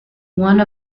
one